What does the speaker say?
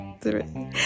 three